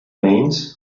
means